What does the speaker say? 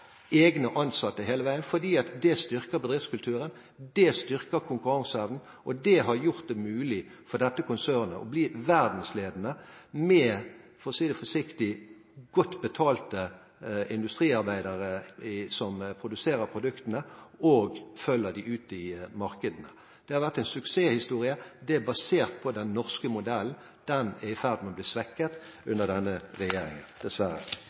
egne ansatte hele veien, fordi det styrker bedriftskulturen, og det styrker konkurranseevnen. Det har gjort det mulig for dette konsernet å bli verdensledende med – for å si det forsiktig – godt betalte industriarbeidere som produserer produktene og følger dem ut i markedene. Det har vært en suksesshistorie. Det er basert på den norske modellen. Den er i ferd med å bli svekket under denne regjeringen, dessverre.